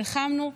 נלחמנו,